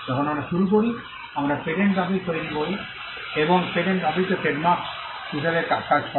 যখন আমরা শুরু করি আমরা পেটেন্ট অফিস তৈরি করি এবং পেটেন্ট অফিসও ট্রেডমার্ক অফিস হিসাবে কাজ করে